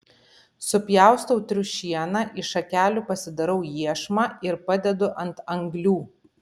supjaustau triušieną iš šakelių pasidarau iešmą ir padedu ant anglių